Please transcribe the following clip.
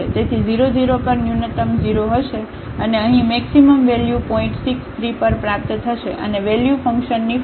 તેથી0 0પર ન્યુનત્તમ 0 હશે અને અહીં મેક્સિમમ વેલ્યુ પોઇન્ટ 6 3 પર પ્રાપ્ત થશે અને વેલ્યુ ફંક્શનની 45 છે